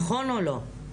נכון או לא?